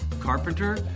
carpenter